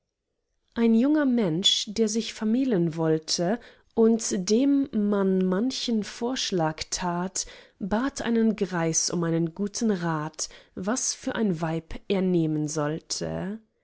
ein junger mensch der sich vermählen wollte und dem man manchen vorschlag tat bat einen greis um einen guten rat was für ein weib er nehmen sollte